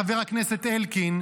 חבר הכנסת אלקין,